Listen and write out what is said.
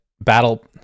Battle